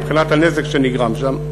מבחינת הנזק שנגרם שם,